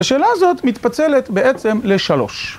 השאלה הזאת מתפצלת בעצם לשלוש.